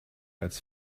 als